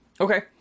Okay